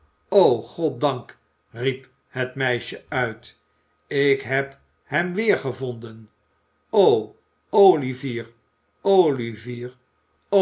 o goddank riep het meisje uit ik heb hem weergevonden